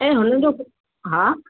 ऐं हुननि जो फो हा